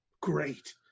great